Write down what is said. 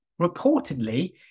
Reportedly